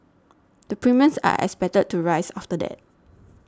the premiums are expected to rise after that